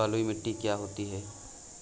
बलुइ मिट्टी क्या होती हैं?